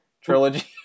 trilogy